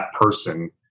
person